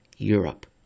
Europe